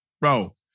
bro